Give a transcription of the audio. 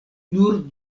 nur